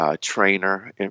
Trainer